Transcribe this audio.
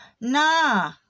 nah